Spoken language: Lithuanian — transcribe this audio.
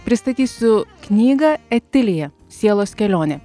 pristatysiu knygą etilija sielos kelionė